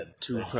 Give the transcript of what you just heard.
two